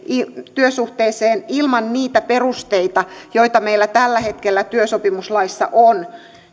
työsuhteeseen ilman niitä perusteita joita meillä tällä hetkellä työsopimuslaissa on